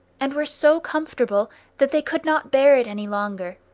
and were so comfortable that they could not bear it any longer,